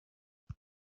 you